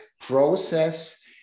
process